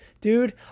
dude